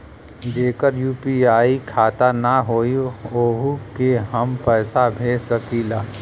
जेकर यू.पी.आई खाता ना होई वोहू के हम पैसा भेज सकीला?